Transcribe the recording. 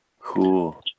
Cool